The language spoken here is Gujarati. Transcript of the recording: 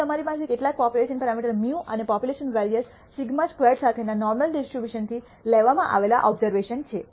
જો તમારી પાસે કેટલાક પોપ્યુલેશન પેરામીટર μ અને પોપ્યુલેશન વેરિઅન્સ σ સ્ક્વેર્ડ સાથેના નોર્મલ ડિસ્ટ્રીબ્યુશન થી લેવા માં આવેલા ઓબઝર્વેશન્સ છે